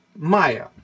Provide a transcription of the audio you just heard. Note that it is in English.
Maya